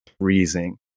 freezing